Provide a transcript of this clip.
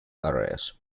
areas